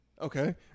Okay